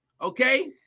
Okay